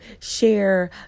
share